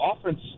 offense